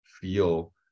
feel